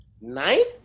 Ninth